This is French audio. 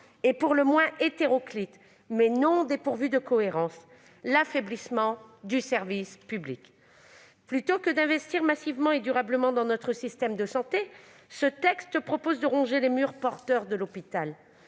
est pour le moins hétéroclite mais non dépourvue de cohérence puisqu'elle tend à l'affaiblissement du service public. Plutôt que d'investir massivement et durablement dans notre système de santé, ce texte propose de ronger les murs porteurs de l'hôpital.